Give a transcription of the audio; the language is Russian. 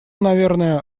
наверное